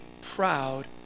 proud